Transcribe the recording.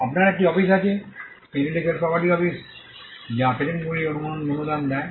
আপনার একটি অফিস আছে ইন্টেলেকচুয়াল প্রপার্টি অফিস যা পেটেন্টগুলি অনুদান দেয়